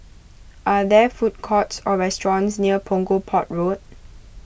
are there food courts or restaurants near Punggol Port Road